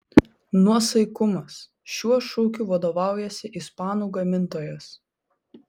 nuosaikumas šiuo šūkiu vadovaujasi ispanų gamintojas